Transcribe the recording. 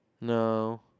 No